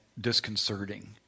disconcerting